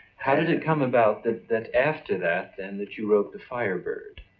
how did it come about that that after that and that you wrote the firebird